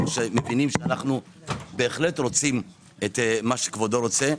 שמבינים שאנו בהחלט רוצים את מה שכבודו רוצה.